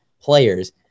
players